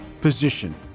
position